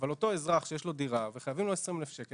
אבל אותו אזרח שיש לו דירה וחייבים לו 20,000 שקל,